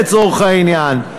לצורך העניין,